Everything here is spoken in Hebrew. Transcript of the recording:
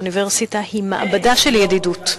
אוניברסיטה היא מעבדה של ידידות,